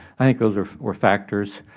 i think those were were factors.